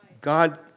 God